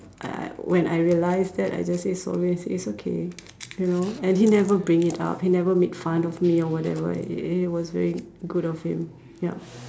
I I when I realise that I just say sorry he say it's okay you know and he never bring it up he never made fun of me or whatever it it was very good of him ya